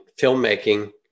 filmmaking